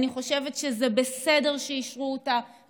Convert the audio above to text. ואני חושבת שזה בסדר שאישרו אותה,